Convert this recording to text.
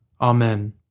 Amen